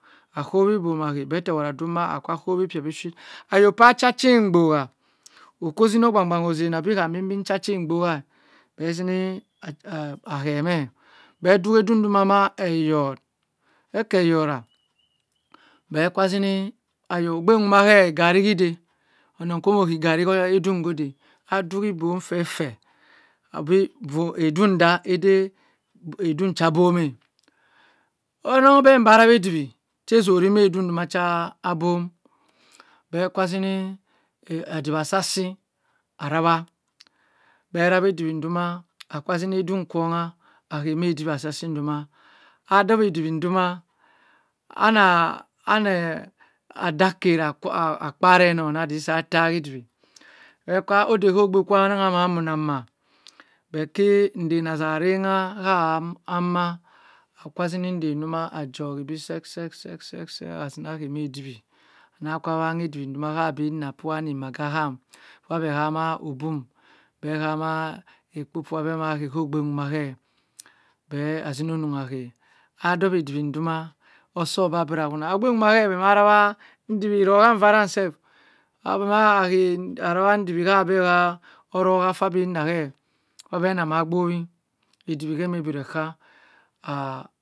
Akowi bom ahay beh tewod adoh ma akowi per bishi ayo par cha chenbowa okozino ogban gban osi immibi cha chen bowa beh zini ah hey meh beh duwadung duma ha eyor eker yora beh kwa zini ayo ogbe duma hey egarri hi day onong koh moh ohy igarri ha edung ko day aduhi bom feh feh abi edong ga eday edong cha bom eh onoh ramsi arawa diwa che zori nay dong macha abom beh kwa zini adiwi asa si arawa beh rawa diwi duma akal zini edung korah akah hay mah ediwi asah si dumen aduwidiwi duma anah adah kerah akpereh onohna edah sah tawe diwi beh kwa ogbo obgbe kwa onong an ma beh ki nden azah rangha nah ama beh kwa zini nden duma ajohi bi sek isek sek azima hay ah ediwi anah kah wangha ediwi nah ahi maggi ahm bah beh hama obum beh hama akpu ab emah yah kah obum duma hey beh azinong ahey adowey diwi dumah oso o'abira wunah ogbe duma hey beh mah rowah eroha vana self rah beh ma hay hawadini hah beh ha oroha fah bin nah kabeh ama bowi ediwi he enehbiri en kah ah